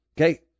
Okay